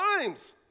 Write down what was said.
times